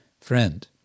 friend